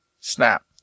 Snap